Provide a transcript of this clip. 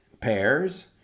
pairs